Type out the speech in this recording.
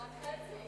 רק חצי?